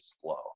slow